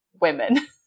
women